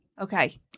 Okay